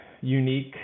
unique